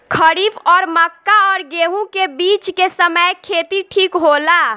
खरीफ और मक्का और गेंहू के बीच के समय खेती ठीक होला?